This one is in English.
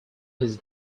his